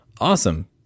awesome